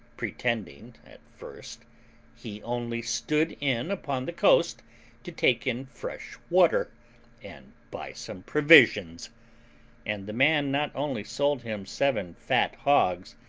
pretending at first he only stood in upon the coast to take in fresh water and buy some provisions and the man not only sold him seven fat hogs,